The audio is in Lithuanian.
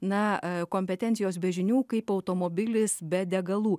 na kompetencijos be žinių kaip automobilis be degalų